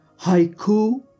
haiku